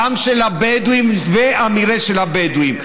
גם של הבדואים והמרעה של הבדואים.